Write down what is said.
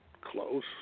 close